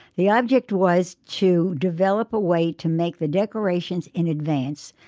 the object was to develop a way to make the decorations in advance,